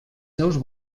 seus